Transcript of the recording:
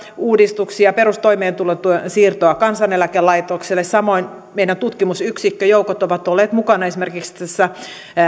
uudistuksia perustoimeentulotuen siirtoa kansaneläkelaitokselle samoin meidän tutkimusyksikköjoukot ovat olleet mukana esimerkiksi tässä